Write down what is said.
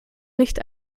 nicht